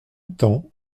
temps